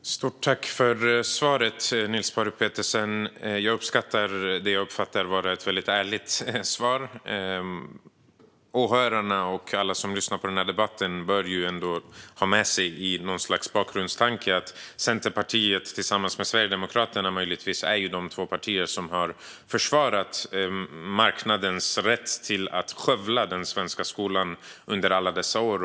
Fru talman! Stort tack för svaret, Niels Paarup-Petersen! Jag uppskattar det som jag uppfattar som ett ärligt svar. Åhörarna och alla som lyssnar på debatten bör ändå ha i bakhuvudet att Centerpartiet möjligtvis tillsammans med Sverigedemokraterna är de två partier som har försvarat marknadens rätt att skövla den svenska skolan under alla dessa år.